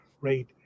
rate